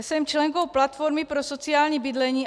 Jsem členkou Platformy pro sociální bydlení.